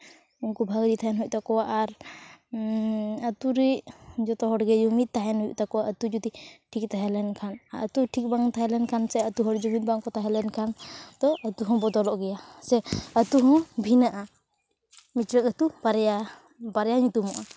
ᱩᱱᱠᱩ ᱵᱷᱟᱜᱮ ᱛᱟᱦᱮᱱ ᱦᱩᱭᱩᱜ ᱛᱟᱠᱚᱣᱟ ᱟᱨ ᱟᱛᱳ ᱨᱮ ᱡᱚᱛᱚ ᱦᱚᱲᱜᱮ ᱡᱩᱢᱤᱫ ᱛᱟᱦᱮᱱ ᱦᱩᱭᱩᱜ ᱛᱟᱠᱚᱣᱟ ᱟᱛᱳ ᱡᱚᱫᱤ ᱴᱷᱤᱠ ᱛᱟᱦᱮᱸ ᱞᱮᱱᱠᱷᱟᱱ ᱟᱛᱳ ᱴᱷᱤᱠ ᱵᱟᱝ ᱛᱟᱦᱮᱸ ᱞᱮᱱᱠᱷᱟᱱ ᱥᱮ ᱟᱛᱳ ᱦᱚᱲ ᱡᱩᱢᱤᱫ ᱵᱟᱝᱠᱚ ᱛᱟᱦᱮᱸ ᱞᱮᱱᱠᱷᱟᱱ ᱛᱚ ᱟᱛᱳ ᱦᱚᱸ ᱵᱚᱫᱚᱞᱚᱜ ᱜᱮᱭᱟ ᱥᱮ ᱟᱛᱳ ᱦᱚᱸ ᱵᱷᱤᱱᱟᱹᱜᱼᱟ ᱢᱤᱫᱴᱮᱡ ᱟᱛᱳ ᱵᱟᱨᱭᱟ ᱵᱟᱨᱭᱟ ᱧᱩᱛᱩᱢᱚᱜᱼᱟ